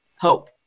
Hope